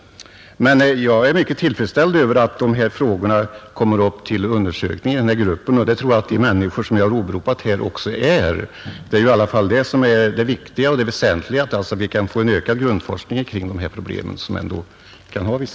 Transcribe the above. Jag är mycket nöjd med att dessa frågor undersöks, och det tror jag att de människor som jag här har åberopat också är. Det viktiga och väsentliga är ju att grundforskningen kring dessa problem ökas.